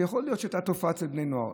שיכול להיות שהייתה תופעה אצל בני נוער.